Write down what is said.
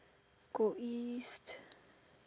go East